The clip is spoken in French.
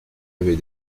avait